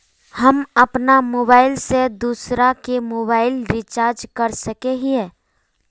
हम अपन मोबाईल से दूसरा के मोबाईल रिचार्ज कर सके हिये?